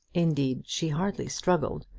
indeed she hardly struggled,